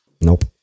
Nope